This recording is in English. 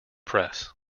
press